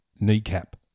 kneecap